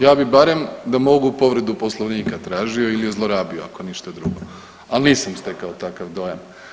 Ja bi barem da mogu povredu Poslovnika tražio ili je zlorabio ako ništa drugo, al nisam stekao takav dojam.